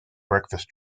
breakfast